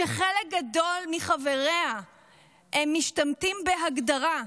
חלק גדול מחבריה הם משתמטים בהגדרה,